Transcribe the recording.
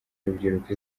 y’urubyiruko